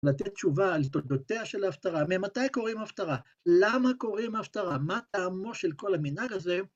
‫לתת תשובה על תולדותיה של ההפטרה, ‫ממתי קורים ההפטרה? ‫למה קורים ההפטרה? ‫מה טעמו של כל המנהג הזה?